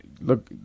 look